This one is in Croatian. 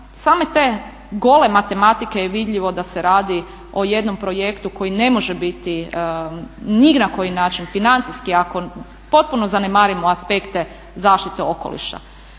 same te goleme tematike je vidljivo da se radi o jednom projektu koji ne može biti ni na koji način financijski ako potpuno zanemarimo aspekte zaštite okoliša.